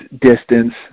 distance